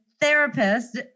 therapist